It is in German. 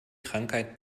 krankheit